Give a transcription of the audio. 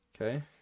Okay